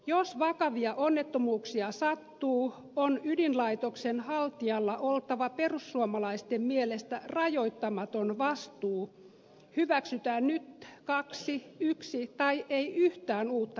jos vakavia onnettomuuksia sattuu on ydinlaitoksen haltijalla oltava perussuomalaisten mielestä rajoittamaton vastuu hyväksytään nyt kaksi yksi tai ei yhtään uutta lisäydinvoimalaa